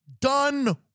done